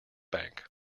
bank